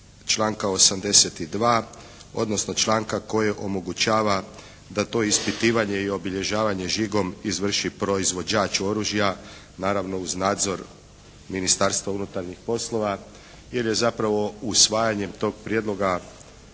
članka 82. odnosno članka koji omogućava da to ispitivanje i obilježavanje žigom izvrši proizvođač oružja, naravno uz nadzor Ministarstva unutarnjih poslova, jer je zapravo usvajanjem tog prijedloga